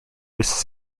was